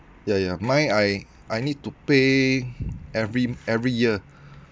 yeah yeah mine I I need to pay every every year